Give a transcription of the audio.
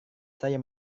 saya